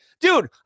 dude